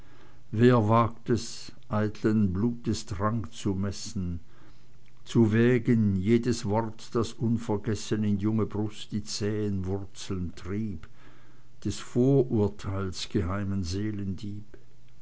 wer wagt es eitlen blutes drang zu messen zu wägen jedes wort das unvergessen in junge brust die zähen wurzeln trieb des vorurteils geheimen seelendieb